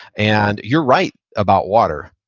and you're right about water.